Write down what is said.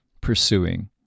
pursuing